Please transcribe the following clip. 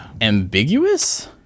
ambiguous